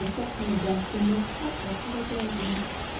accept my best and most heart-felt congratulations.